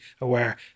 aware